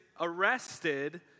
arrested